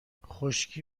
خشکی